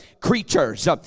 creatures